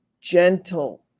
gentle